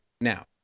Now